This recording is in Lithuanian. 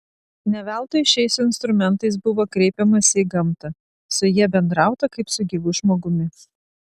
ne veltui šiais instrumentais buvo kreipiamasi į gamtą su ja bendrauta kaip su gyvu žmogumi